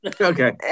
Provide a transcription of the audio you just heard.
okay